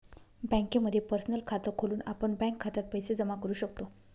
बँकेमध्ये पर्सनल खात खोलून आपण बँक खात्यात पैसे जमा करू शकतो